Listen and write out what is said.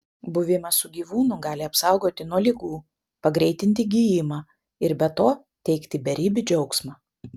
buvimas su gyvūnu gali apsaugoti nuo ligų pagreitinti gijimą ir be to teikti beribį džiaugsmą